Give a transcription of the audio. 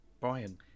Brian